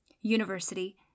university